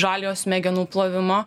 žaliojo smegenų plovimo